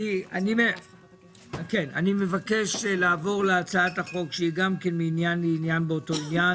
אני מבקש לעבור להצעת החוק שגם היא מעניין לעניין באותו עניין.